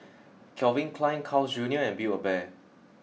Calvin Klein Carl's Junior and Build A Bear